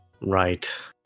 right